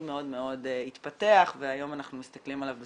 מאוד מאוד התפתח והיום אנחנו מסתכלים עליו,